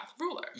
ruler